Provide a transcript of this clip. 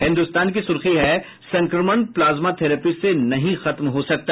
हिन्दुस्तान की सुर्खी है संक्रमण प्लाज्मा थेरेपी से नहीं खत्म हो सकता